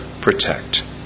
protect